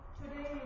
today